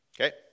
Okay